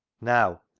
now,